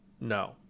No